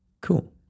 Cool